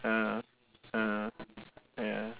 ah ah ya